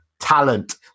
talent